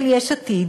של יש עתיד,